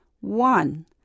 One